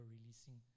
releasing